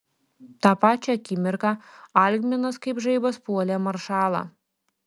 tą pačią akimirką algminas kaip žaibas puolė maršalą